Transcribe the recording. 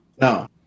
No